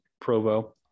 Provo